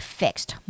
fixed